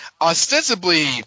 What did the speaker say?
ostensibly